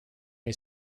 may